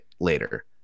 later